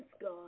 God